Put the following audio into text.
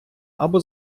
або